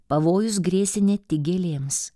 pavojus grėsė ne tik gėlėms